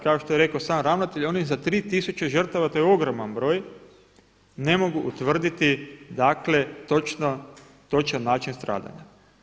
Kao što je rekao sam ravnatelj oni za 3000 žrtava, to je ogroman broj, ne mogu utvrditi točan način stradanja.